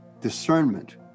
discernment